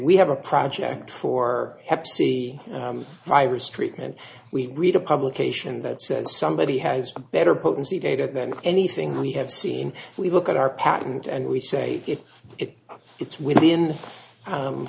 we have a project for hep c virus treatment we read a publication that says somebody has a better potency data than anything we have seen we look at our patent and we say if it it's within